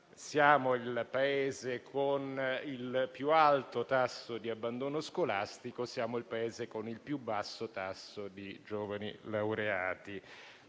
Siamo il Paese con il più alto tasso di abbandono scolastico. Siamo il Paese con il più basso tasso di giovani laureati.